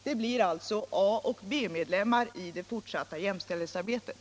Det blir alltså A och B-medlemmar i det fortsatta jämställdhetsarbetet.